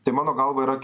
tai mano galva yra